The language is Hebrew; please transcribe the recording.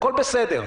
הכול בסדר.